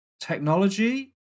technology